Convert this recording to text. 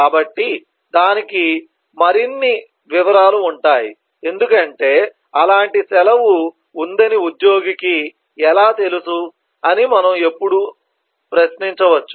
కాబట్టి దానికి మరిన్ని వివరాలు ఉంటాయి ఎందుకంటే అలాంటి సెలవు ఉందని ఉద్యోగికి ఎలా తెలుసు అని మనము ఎప్పుడూ ప్రశ్నించవచ్చు